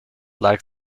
like